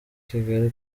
kigali